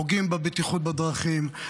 שפוגעים בבטיחות בדרכים,